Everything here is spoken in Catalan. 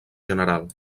general